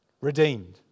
Redeemed